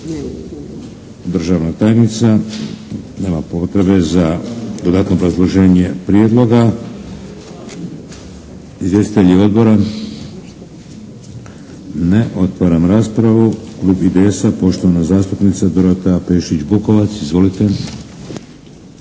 Državna tajnica? Nema potrebe za dodatno obrazloženje prijedloga. Izvjestitelji Odbora? Ne. Otvaram raspravu. Klub IDS-a poštovana zastupnica Dorotea Pešić-Bukovac. Izvolite.